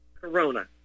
corona